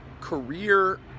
career